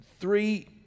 three